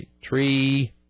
Tree